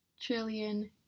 trillion